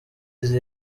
izi